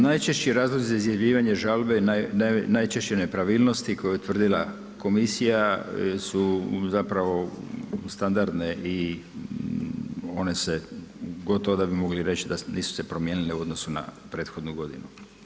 Najčešći razlozi izjavljivanje žalbe, najčešće nepravilnosti koje je utvrdila komisija, su standardne i one se gotovo da bi se moglo reći da nisu se promijenile u odnosu na prethodnu godinu.